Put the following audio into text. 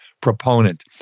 proponent